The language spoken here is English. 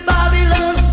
Babylon